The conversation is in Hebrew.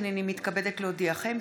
הינני מתכבדת להודיעכם,